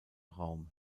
raum